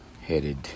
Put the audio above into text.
headed